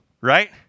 Right